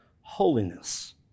holiness